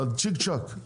אבל צ'יק צ'ק,